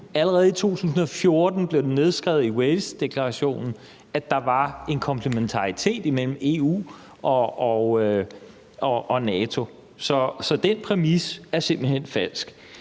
Allerede i 2014 blev det nedskrevet i Walesdeklarationen, at der var en komplementaritet imellem EU og NATO. Så den præmis er simpelt hen falsk.